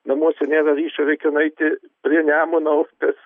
namuose nėra ryšio reikia nueiti prie nemuno upės